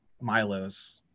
Milo's